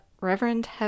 Reverend